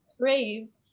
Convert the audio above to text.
craves